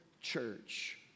church